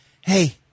Hey